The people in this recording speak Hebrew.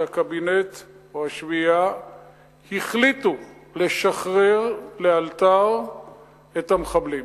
שהקבינט או השביעייה החליטו לשחרר לאלתר את המחבלים.